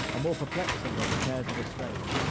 ah more perplexing than the cares of a state.